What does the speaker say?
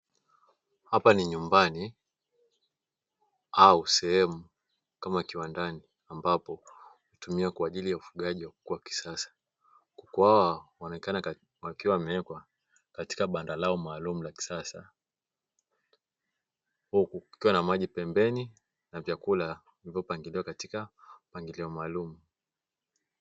Hapa ni nyumbani au sehemu kama kiwandani ambapo hutumiwa kwa ajili ya ufugaji wa kuku wa kisasa. Kuku hawa wanaonekana wakiwa wamewekwa katika banda lao maalumu la kisasa, huku kukiwa na maji pembeni na vyakula vilivyopangiliwa katika mpangilio maalumu.